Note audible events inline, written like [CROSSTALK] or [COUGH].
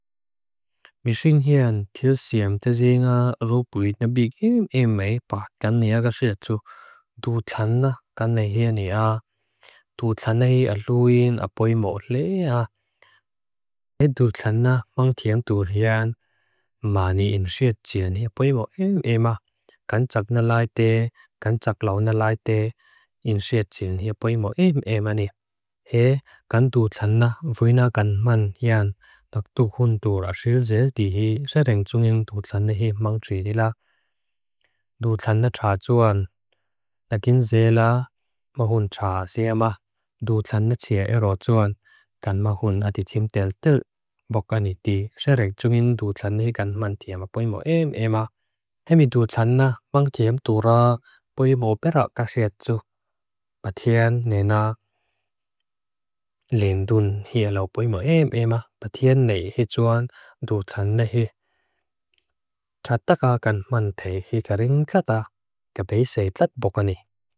Mísinghean theosiem tezeenga arubuidnabik em em ei pa. Gan neagashechu. [HESITATION] Duuchanna gan neheani a. [HESITATION] Duuchanna hi aluwin apoimo ole a. [HESITATION] E duuchanna mangtheam duurhean. [HESITATION] Maani insheachin hipoimo em em a. [HESITATION] Gan chak nalaite. Gan chak launalaite. [HESITATION] Insheachin hipoimo em em ani. He. Gan duuchanna wina gan man hean. [HESITATION] Taktukhun duurha shilzeel dihi. Sereng tsunging duuchanna hi mangchweelilak. [HESITATION] Duuchanna chazuan. Nakin zela. Mahun chazia ma. Duuchanna chia ero chuan. [HESITATION] Gan mahun atitim tel tel. Bokaniti. Sereng tunging duuchanna hi gan man theama. Poimo em em a. Hemi duuchanna mangtheam duurha. Poimo perakashechu. Pathean nenak. [HESITATION] Lendun hi aluwpoimo em em a. Pathean nei he chuan. [HESITATION] Duuchanna hi. [HESITATION] Chatakakan manthei he karinkata. Kabese tatbokani. [HESITATION]